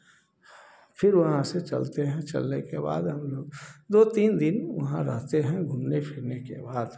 फिर वहाँ से चलते हैं चलने के बाद हम लोग दो तीन दिन वहाँ रहते हैं घूमने फिरने के बाद